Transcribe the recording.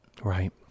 Right